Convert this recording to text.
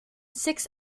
six